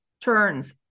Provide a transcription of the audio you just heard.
turns